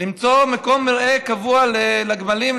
למצוא מקום מרעה קבוע לגמלים.